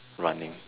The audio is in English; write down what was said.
running